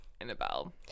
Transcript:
Annabelle